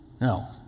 No